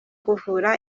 kuvura